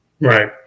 Right